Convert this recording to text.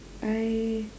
I